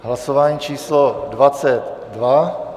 Hlasování číslo 22.